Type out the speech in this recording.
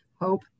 HOPE